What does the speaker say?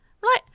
Right